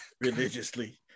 Religiously